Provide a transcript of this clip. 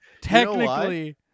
technically